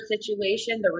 situation